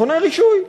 מכוני רישוי.